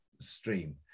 Stream